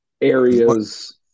areas